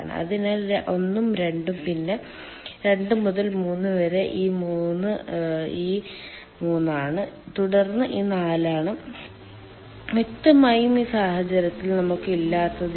അതിനാൽ 1 ഉം 2 ഉം പിന്നെ 2 മുതൽ 3 വരെ ഈ 3 വരെ ഈ 3 ആണ് തുടർന്ന് ഇത് 4 ആണ് വ്യക്തമായും ഈ സാഹചര്യത്തിൽ നമുക്ക് ഇല്ലാത്തത് ഇല്ല